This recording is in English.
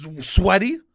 Sweaty